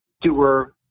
doer